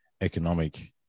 economic